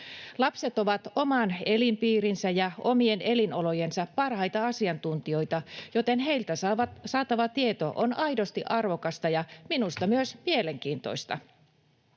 Lapset ovat oman elinpiirinsä ja omien elinolojensa parhaita asiantuntijoita, joten heiltä saatava tieto on aidosti arvokasta ja minusta myös mielenkiintoista.